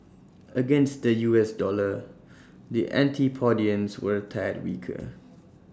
against the U S dollar the antipodeans were A tad weaker